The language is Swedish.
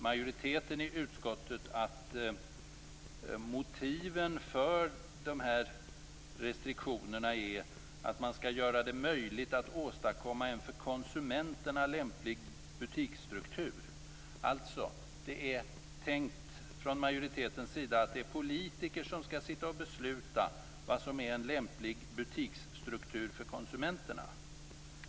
Majoriteten i utskottet anger att motiven för restriktionerna är att göra det möjligt att åstadkomma en för konsumenterna lämplig butiksstruktur. Majoriteten tänker sig alltså att politiker skall besluta vad som är en lämplig butiksstruktur för konsumenterna.